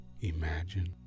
imagine